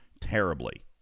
terribly